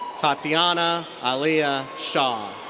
ty'tiana aaliyah shaw.